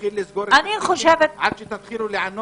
ונתחיל לסגור כבישים עד שתענו?